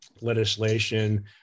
legislation